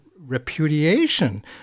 repudiation